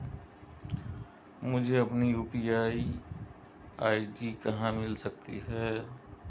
मुझे अपनी UPI ID कहां मिल सकती है?